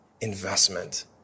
investment